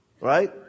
right